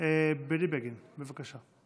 בני בגין, בבקשה.